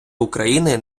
україни